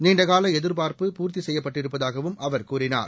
நீண்டகால எதிர்பார்ப்பு பூர்த்தி செய்யப்பட்டிருப்பதாகவும் அவர் கூறினார்